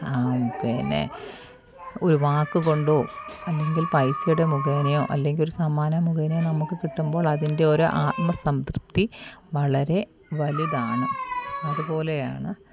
പിന്നെ ഒരു വാക്ക് കൊണ്ടോ അല്ലെങ്കിൽ പൈസയുടെ മുഖേനയോ അല്ലെങ്കിൽ ഒരു സമ്മാനം മുഖേനയോ നമുക്ക് കിട്ടുമ്പോഴതിൻ്റെ ഒരു ആത്മ സംതൃപ്തി വളരെ വലുതാണ് അത്പോലെയാണ്